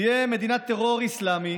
תהיה מדינת טרור אסלאמי